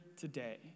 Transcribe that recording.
today